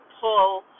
pull